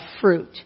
fruit